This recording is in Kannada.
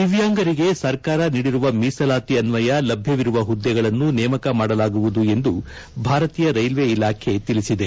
ದಿವ್ಯಾಂಗರಿಗೆ ಸರ್ಕಾರ ನೀಡಿರುವ ಮೀಸಲಾತಿ ಅನ್ವಯ ಲಭ್ಯವಿರುವ ಪುದ್ದೆಗಳನ್ನು ನೇಮಕ ಮಾಡಲಾಗುವುದು ಎಂದು ಭಾರತೀಯ ರೈಲ್ವೆ ಇಲಾಖೆ ತಿಳಿಸಿದೆ